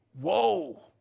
Whoa